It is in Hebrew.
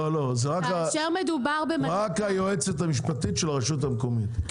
לא, רק היועצת המשפטית של הרשות המקומית.